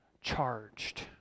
charged